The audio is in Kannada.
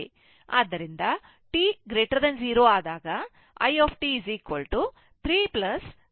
ಆದ್ದರಿಂದ t 0 ಆದಾಗ i 3 2